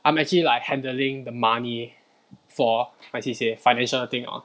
I'm actually like handling the money for my C_C_A financial thing ah